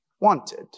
wanted